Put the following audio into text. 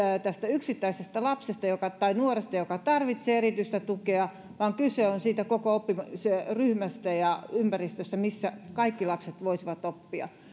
yksittäisestä lapsesta tai nuoresta joka tarvitsee erityistä tukea vaan kyse on koko oppimisryhmästä ja ympäristöstä missä kaikki lapset voisivat oppia